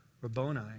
Rabboni